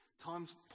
Times